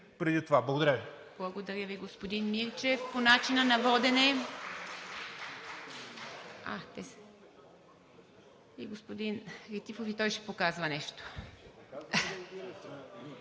преди това? Благодаря Ви.